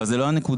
אבל זו לא הנקודה.